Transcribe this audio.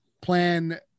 plan